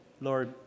Lord